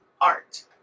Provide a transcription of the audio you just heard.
art